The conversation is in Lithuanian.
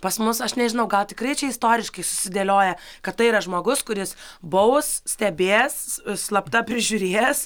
pas mus aš nežinau ką tikrai čia istoriškai susidėlioja kad tai yra žmogus kuris baus stebės slapta prižiūrės